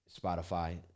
Spotify